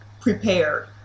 prepared